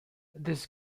this